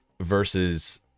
versus